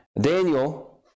Daniel